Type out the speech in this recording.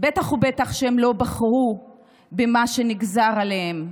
בטח ובטח שהם לא בחרו במה שנגזר עליהם.